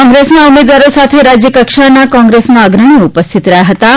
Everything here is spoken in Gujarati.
કોંગ્રેસના ઉમેદવારો સાથે રાજયકક્ષાના કોંગ્રેસના અગ્રણીઓ ઉપસ્થિત રહ્યાં હતાં